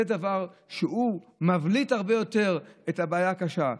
זה דבר שמבליט הרבה יותר את הבעיה הקשה.